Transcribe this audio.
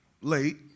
late